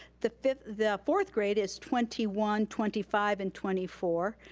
the the fourth grade is twenty one, twenty five and twenty four.